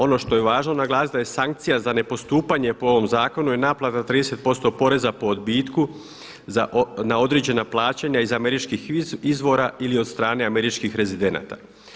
Ono što je važno naglasiti da je sankcija za ne postupanje po ovom zakonu je naplata 30% poreza po odbitku na određena plaćanja iz američkih izvora ili od strane američkih rezidenata.